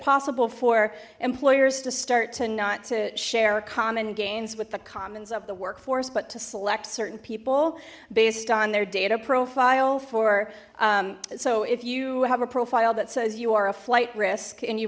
possible for employers to start to not to share common gains with the means of the workforce but to select certain people based on their data profile for so if you have a profile that says you are a flight risk and you